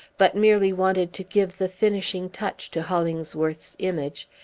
but merely wanted to give the finishing touch to hollingsworth's image,